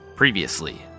Previously